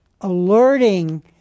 alerting